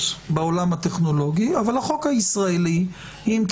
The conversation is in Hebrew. בעולם הטכנולוגי אבל החוק הישראלי לא הסדיר,